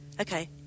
Okay